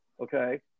Okay